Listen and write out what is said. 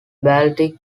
baltic